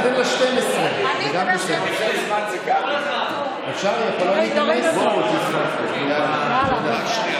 אז תן לה 12. אני אדבר 12. בואו, תתחלפו.